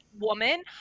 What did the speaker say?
woman